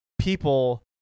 people